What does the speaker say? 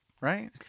right